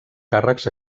càrrecs